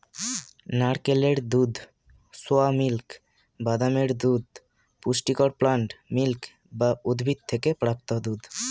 নারকেলের দুধ, soy milk, বাদামের দুধ পুষ্টিকর প্লান্ট মিল্ক বা উদ্ভিদ থেকে প্রাপ্ত দুধ